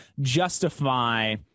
justify